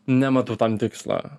nematau tam tikslo